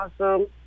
awesome